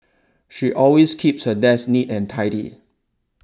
she always keeps her desk neat and tidy